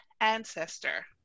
ancestor